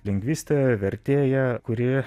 lingvistė vertėja kuri